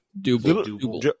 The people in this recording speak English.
Double